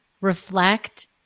reflect